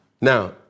Now